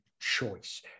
choice